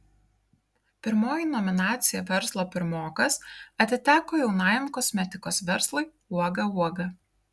pirmoji nominacija verslo pirmokas atiteko jaunajam kosmetikos verslui uoga uoga